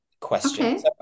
questions